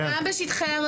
אנחנו בנגב,